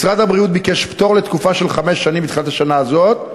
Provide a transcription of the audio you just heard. משרד הבריאות ביקש פטור לתקופה של חמש שנים מתחילת השנה הזאת,